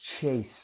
chase